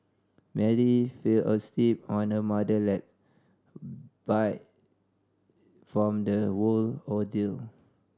Mary fell asleep on her mother lap by from the whole ordeal